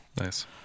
Nice